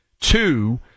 Two